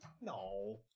No